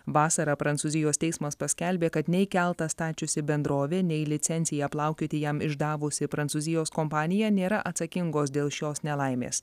vasarą prancūzijos teismas paskelbė kad nei keltą stačiusi bendrovė nei licenciją plaukioti jam išdavusi prancūzijos kompanija nėra atsakingos dėl šios nelaimės